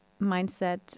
mindset